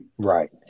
Right